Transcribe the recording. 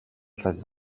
face